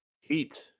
Heat